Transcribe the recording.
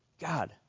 God